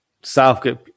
Southgate